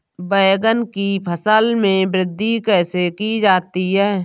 बैंगन की फसल में वृद्धि कैसे की जाती है?